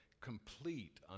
complete